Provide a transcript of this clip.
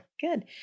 Good